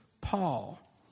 Paul